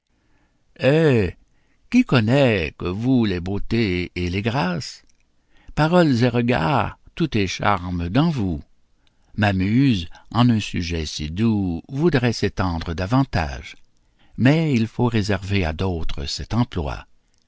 qui connaît que vous les beautés et les grâces paroles et regards tout est charmes dans vous ma muse en un sujet si doux voudrait s'étendre davantage mais il faut réserver à d'autres cet emploi